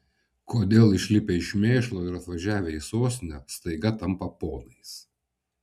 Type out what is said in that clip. kodėl išlipę iš mėšlo ir atvažiavę į sostinę staiga tampa ponais